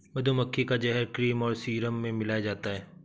मधुमक्खी का जहर क्रीम और सीरम में मिलाया जाता है